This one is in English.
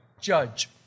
judge